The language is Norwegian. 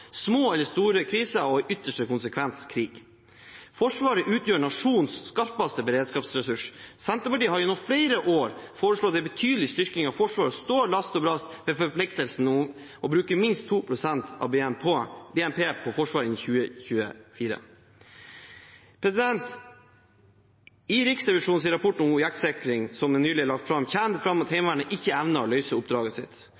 små eller store kriser og i ytterste konsekvens krig. Forsvaret utgjør nasjonens skarpeste beredskapsressurs. Senterpartiet har gjennom flere år foreslått en betydelig styrking av Forsvaret, og vi står last og brast med forpliktelsen om å bruke minst 2 pst. av BNP på Forsvaret innen 2024. I Riksrevisjonens rapport om objektsikring, som nylig er lagt fram, kommer det fram at Heimevernet ikke evner å løse oppdraget sitt.